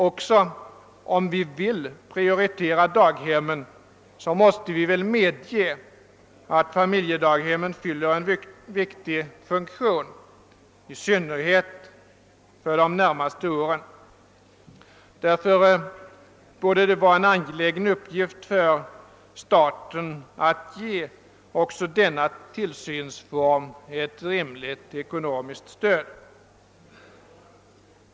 även om vi vill prioritera daghemmen, måste vi väl medge att familjedaghemmen fyller en viktig funktion, i svnnerhet under de närmaste åren. Därför borde det vara en angelägen uppgift för staten att ge också denna tillsynsform ett rimligt ekonomiskt stöd.